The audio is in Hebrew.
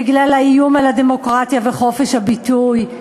בגלל האיום על הדמוקרטיה וחופש הביטוי,